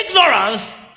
Ignorance